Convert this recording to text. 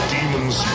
Demons